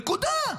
נקודה.